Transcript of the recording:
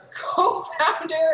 co-founder